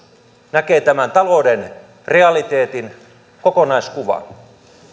näkee tämän talouden realiteetin kokonaiskuvan